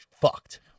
fucked